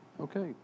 Okay